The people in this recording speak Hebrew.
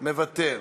מוותר,